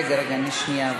רגע, רגע, שנייה.